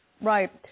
Right